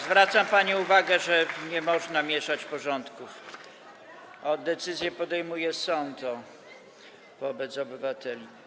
Zwracam pani uwagę, że nie można mieszać porządków, a decyzję podejmuje sąd wobec obywateli.